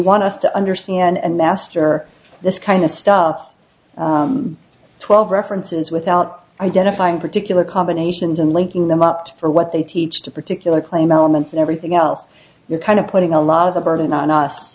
want us to understand and master this kind of stuff twelve references without identifying particular combinations and linking them up for what they teach to particular claim elements and everything else you kind of putting a lot of the burden on us